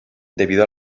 debido